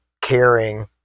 caring